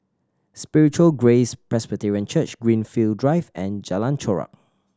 Spiritual Grace Presbyterian Church Greenfield Drive and Jalan Chorak